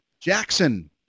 Jackson